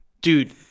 dude